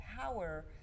power